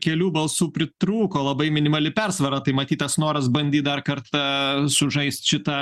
kelių balsų pritrūko labai minimali persvara tai matyt tas noras bandyt dar kartą sužaist šitą